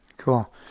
cool